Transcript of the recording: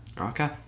Okay